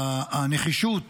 הנחישות